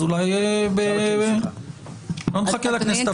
אז אולי לא נחכה לכנסת הבאה לדיון.